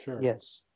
Yes